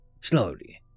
Slowly